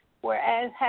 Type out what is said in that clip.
whereas